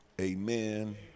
amen